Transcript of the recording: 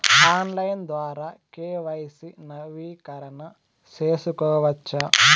Online ద్వారా KYC నవీకరణ సేసుకోవచ్చా?